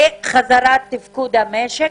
לחזרת תפקוד המשק.